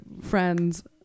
friends